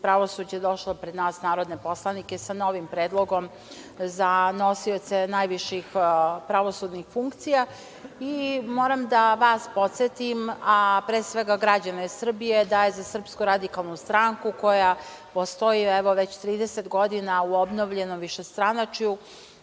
pravosuđa došla pred nas narodne poslanike sa novim predlogom za nosioce najviših pravosudnih funkcija i moram da vas podsetim, a pre svega građane Srbije da je za SRS, koja postoji već 30 godina u obnovljenom višestranačju,